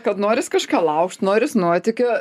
kad noris kažką laužt noris nuotykių